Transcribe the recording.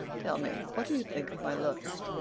tell me, what do you think of my looks?